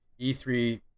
E3